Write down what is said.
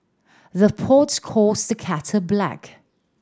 the pot calls the kettle black